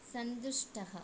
सन्तुष्टः